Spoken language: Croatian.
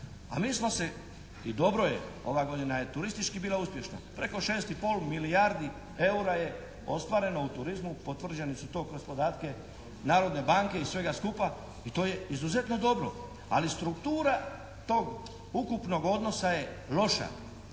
a mi smo si, i dobro je, ova godina je turistički bila uspješna, preko šest i pol milijardi EUR-a je ostvareno u turizmu, potvrđeni su to kroz podatke Narodne banke i svega skupa i to je izuzetno dobro. Ali struktura tog ukupnog odnosa je loša.